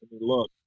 look